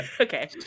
okay